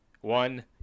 one